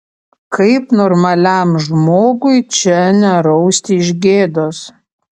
kaip normaliam žmogui čia nerausti iš gėdos